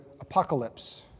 apocalypse